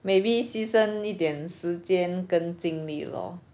maybe 牺牲一点时间跟精力 lor